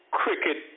cricket